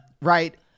right